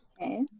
Okay